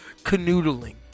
canoodling